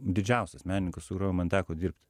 didžiausias menininkas su kuriuo man teko dirbt